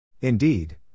Indeed